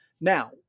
Now